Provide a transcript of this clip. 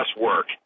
work